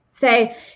say